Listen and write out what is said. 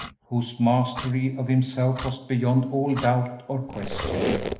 whose mastery of himself was beyond all doubt or question.